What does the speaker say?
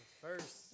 First